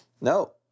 No